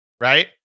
right